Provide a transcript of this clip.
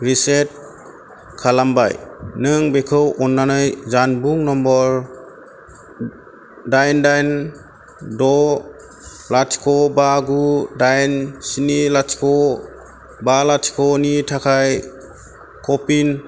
रिचेट खालामबाय नों बेखौ अननानै जानबुं नम्बर दाइन दाइन द' लाथिख' बा गु दाइन स्नि लाथिख' बा लाथिख' नि थाखाय कपिन